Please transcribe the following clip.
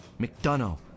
McDonough